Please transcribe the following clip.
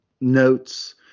notes